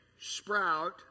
sprout